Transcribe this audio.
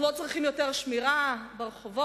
אנחנו לא צריכים יותר שמירה ברחובות?